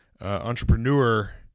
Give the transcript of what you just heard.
entrepreneur